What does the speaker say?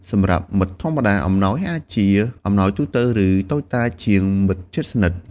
សម្រាប់មិត្តធម្មតា អំណោយអាចជា អំណោយទូទៅ ឬតូចតាចជាងមិត្តជិតស្និទ្ធ។